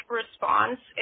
response